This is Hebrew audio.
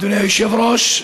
אדוני היושב-ראש,